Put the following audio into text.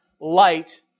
light